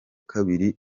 kabiri